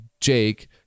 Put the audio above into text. Jake